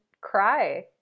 cry